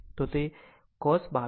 તો cos 22